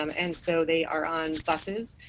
um and so they are on buses.